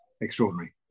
extraordinary